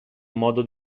modo